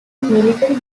military